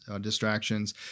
distractions